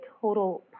total